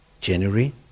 January